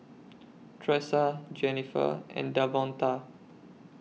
Tressa Jenifer and Davonta